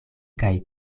kaj